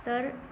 तर